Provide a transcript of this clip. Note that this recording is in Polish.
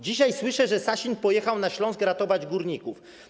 Dzisiaj słyszę, że Sasin pojechał na Śląsk ratować górników.